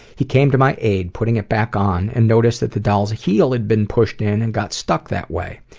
he came to my aid, putting it back on, and noticed that the doll's heel had been pushed in and got stuck that way.